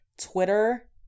twitter